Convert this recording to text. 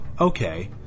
okay